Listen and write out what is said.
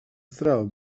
zdravo